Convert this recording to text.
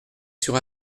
sur